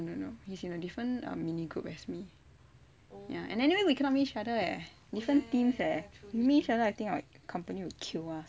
no no he's in a different mini group as me and anyway we cannot meet each other eh different teams eh we meet each other I think our company would kill us